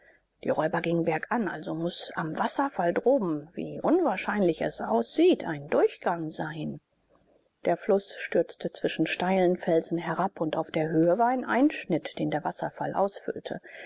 die räuber gingen bergan also muß am wasserfall droben wie unwahrscheinlich es aussieht ein durchgang sein der fluß stürzte zwischen steilen felsen herab und auf der höhe war ein einschnitt den der wasserfall ausfüllte